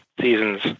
season's